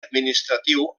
administratiu